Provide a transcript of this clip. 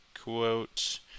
quote